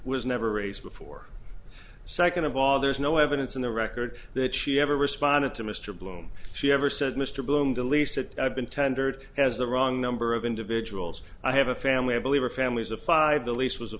was never raised before second of all there is no evidence in the record that she ever responded to mr bloom she ever said mr bloom the lease that i've been tendered has the wrong number of individuals i have a family i believe are families of five the lease was